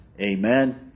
amen